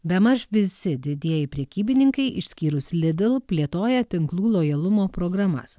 bemaž visi didieji prekybininkai išskyrus lidl plėtoja tinklų lojalumo programas